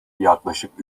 yaklaşık